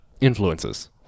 influences